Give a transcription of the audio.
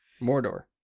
Mordor